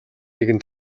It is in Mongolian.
нэгэн